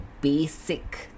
basic